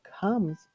comes